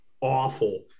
awful